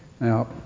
Now